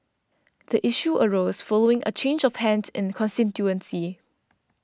the issue arose following a change of hands in the constituency